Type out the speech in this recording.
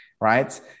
right